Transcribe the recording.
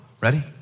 Ready